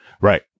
right